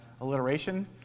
alliteration